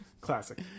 Classic